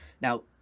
now